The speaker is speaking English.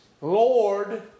Lord